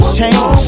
change